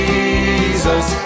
Jesus